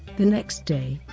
the next day,